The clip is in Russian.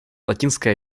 латинская